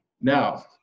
Now